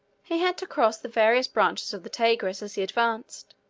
he had to cross the various branches of the tigris as he advanced.